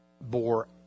bore